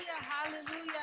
hallelujah